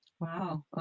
wow